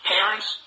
Parents